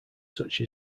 such